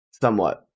Somewhat